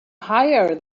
higher